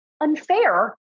unfair